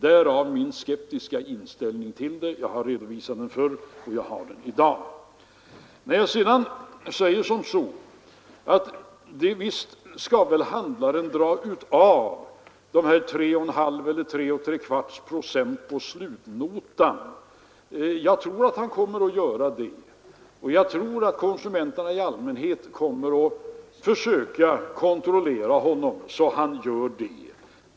Därav min skeptiska inställning, som jag har redovisat förut och som jag fortfarande har. Visst tror jag att handlaren kommer att dra av dessa 3,5 eller 3,75 procent på slutnotan och att konsumenterna kommer att kontrollera att han gör det.